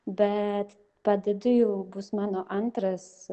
bet padedu jau bus mano antras